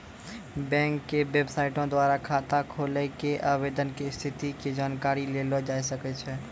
bank के बेबसाइटो द्वारा खाता खोलै के आवेदन के स्थिति के जानकारी लेलो जाय सकै छै